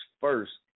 first